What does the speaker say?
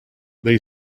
they